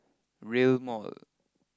rail Mall